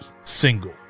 single